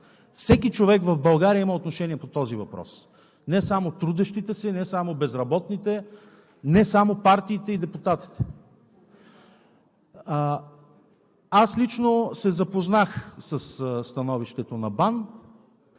Всеки човек в България има отношение по този въпрос, не само трудещите се, не само безработните, не само партиите и депутатите. Аз лично се запознах със становището на БАН,